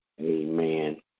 Amen